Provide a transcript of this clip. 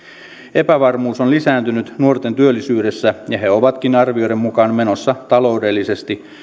epävarmuus on lisääntynyt nuorten työllisyydessä ja he ovatkin arvioiden mukaan menossa taloudellisesti